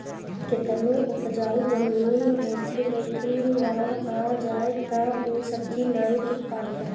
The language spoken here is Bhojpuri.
केतनो उपजाऊ जमीन होखे लेकिन बाढ़ आ जाए तअ ऊ सब्जी नाइ टिक पावेला